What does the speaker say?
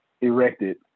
erected